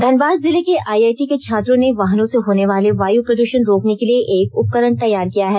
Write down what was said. धनबाद जिले के आईआईटी के छात्रो ने वाहनों से होने वाले वायू प्रदूषण रोकने के लिए एक उपकरण तैयार किया है